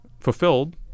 Fulfilled